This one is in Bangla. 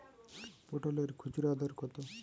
পটলের খুচরা দর কত?